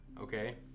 Okay